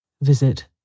Visit